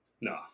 No